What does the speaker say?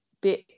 bit